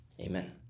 amen